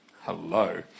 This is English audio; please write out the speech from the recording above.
hello